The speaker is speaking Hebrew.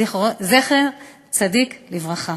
זכר צדיק לברכה.